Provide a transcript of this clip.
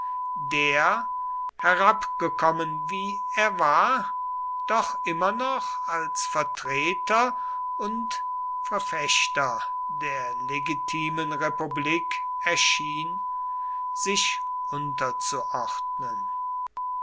der herabgekommen wie er war doch immer noch als vertreter und verfechter der legitimen republik erschien sich